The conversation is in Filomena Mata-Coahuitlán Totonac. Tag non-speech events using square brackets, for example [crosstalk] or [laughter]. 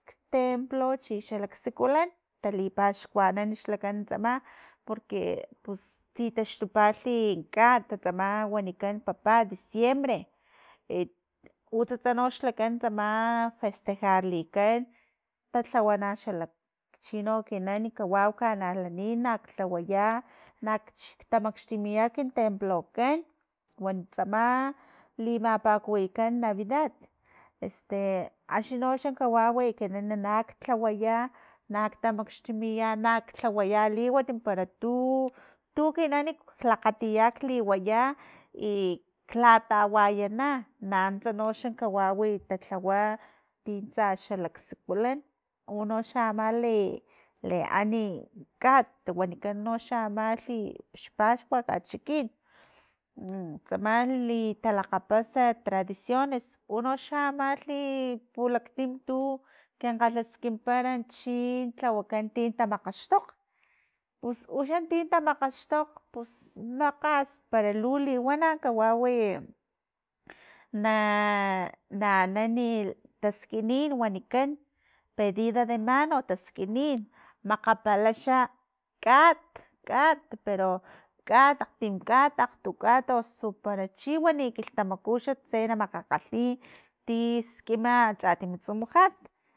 Ktemplo chi xalak sikulan lipaxkuan xlakan tsama porque pus titaxtupalhi i kat tsama wanikan papa diciembre e utsats xlakan tsama festejarlikan talhawa naxlakan xalak chino ekinan kawau kanalanin lhak lhawaya nak tamakxtimiya ktemplokan wan tsama limapakuwikan navidad [hesitation] axni no xa kawau na na naklhawaya naktamakxtumiya nak lhawata liwat para tu- tu ekinan klakgatiya kliwaya i latawayana nanuntsa noxa kawawi talhawa tintsa xalak sikulan unoxa amalhi leani kat wanikan xa ama amalhi xpaxkua kachikin ntsamalhi talakgapas tradiciones unoxa amalhi pulaktim tu kin kgalhaskinpara chin tlawakan tin tamakgaxtokg pus uxan tin tamakgaxtokg pus makgas para lu liwana kawawi na- na- anani taskinin wanikan pedida de mano taskinin makgapala xa kat kat pero kat akgtim kat akgtu kat osu para chiwano kilhtamaku tse na makgakgalhi tiskima chatim tsumujat.